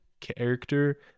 character